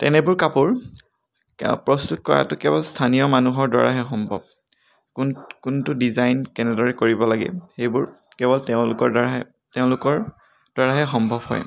তেনেবোৰ কাপোৰ প্ৰস্তুত কৰাটো কেৱল স্থানীয় মানুহৰ দ্বাৰাহে সম্ভৱ কোনটো ডিজাইন কেনেদৰে কৰিব লাগে সেইবোৰ কেৱল তেওঁলোকৰ দ্বাৰাহে তেওঁলোকৰ দ্বাৰাহে সম্ভৱ হয়